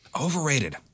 Overrated